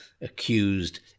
accused